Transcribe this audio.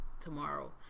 tomorrow